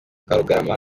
karugarama